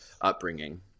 upbringing